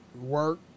work